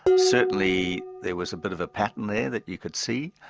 certainly there was a bit of a pattern there that you could see,